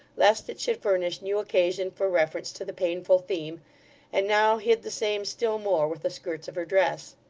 lest it should furnish new occasion for reference to the painful theme and now hid the same still more, with the skirts of her dress.